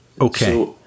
Okay